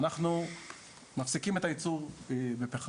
אנחנו מפסיקים את הייצור בפחם,